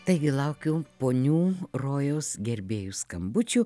taigi laukiu ponių rojaus gerbėjų skambučių